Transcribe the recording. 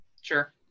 Sure